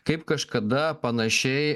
kaip kažkada panašiai